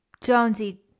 Jonesy